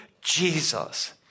Jesus